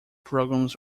programs